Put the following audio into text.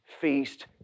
feast